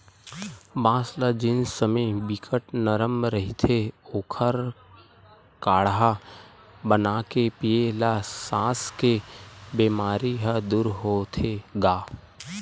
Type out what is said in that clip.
बांस ल जेन समे बिकट नरम रहिथे ओखर काड़हा बनाके पीए ल सास के बेमारी ह दूर होथे गा